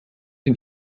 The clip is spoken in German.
den